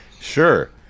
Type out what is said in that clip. Sure